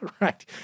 right